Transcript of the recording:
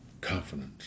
Confidence